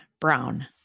brown